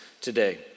today